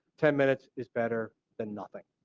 ten minutes is better than nothing,